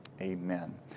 amen